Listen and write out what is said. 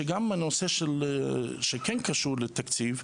שגם הנושא שכן קשור לתקציב,